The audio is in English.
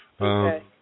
okay